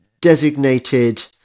designated